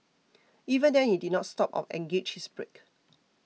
even then he did not stop or engaged his brake